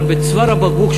אבל בצוואר הבקבוק,